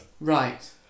Right